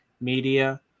media